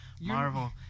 Marvel